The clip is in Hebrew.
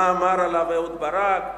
מה אמר עליו אהוד ברק,